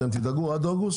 אתם תדאגו עד אוגוסט,